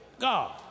God